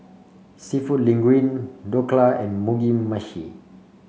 seafood Linguine Dhokla and Mugi Meshi